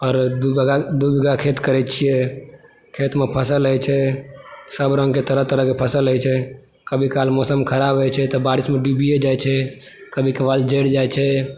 आओर दू बीघा दू बीघा खेत करै छियै खेतमे फसल होइ छै सब रंग के तरह तरह के फसल होइ छै कभी कभार मौसम खराब होइ छै तऽ बारिशमे डुबिए जाइ छै कभी कभार जरि जाइ छै